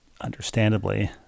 understandably